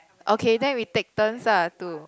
okay then we take turns ah to